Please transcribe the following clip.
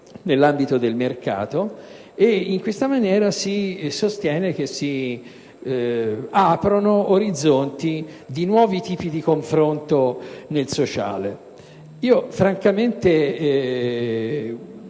nell'ambito del mercato, e in questa maniera si sostiene che si aprano orizzonti di nuovi tipi di confronto nel sociale. Francamente,